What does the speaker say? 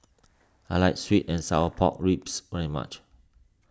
I like Sweet and Sour Pork Ribs very much